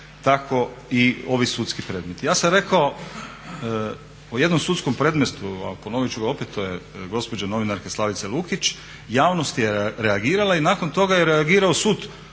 tako i ovi sudski predmeti. Ja sam rekao o jednom sudskom predmetu, a ponovit ću ga opet, to je gospođa novinarka Slavica Lukić, javnost je reagirala i nakon toga je reagirao sud